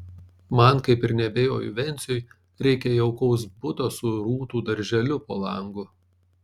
man kaip ir neabejoju venciui reikia jaukaus buto su rūtų darželiu po langu